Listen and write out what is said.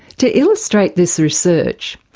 to illustrate this research,